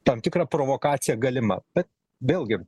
tam tikra provokacija galima bet vėlgi